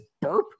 burp